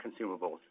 consumables